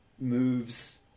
moves